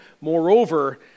moreover